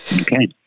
Okay